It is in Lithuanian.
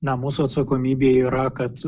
na mūsų atsakomybė yra kad